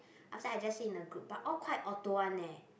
so I just say in the group but all quite auto one leh